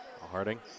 Harding